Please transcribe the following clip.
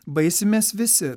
baisimės visi